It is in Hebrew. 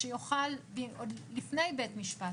שיוכל לפני בית משפט,